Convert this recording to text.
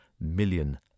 million